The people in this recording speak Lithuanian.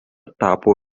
tapo